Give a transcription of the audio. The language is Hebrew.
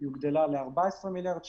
היא הוגדלה ל-14 מיליארד שקל.